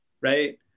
right